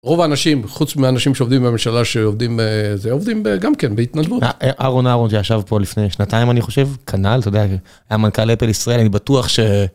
רוב האנשים, חוץ מהאנשים שעובדים בממשלה שעובדים בזה, עובדים גם כן בהתנדבות. אהרן אהרן שישב פה לפני שנתיים אני חושב, כנ"ל, תודה. היה מנכ״ל אפל ישראל, אני בטוח ש...